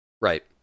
Right